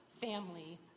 family